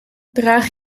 draag